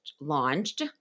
launched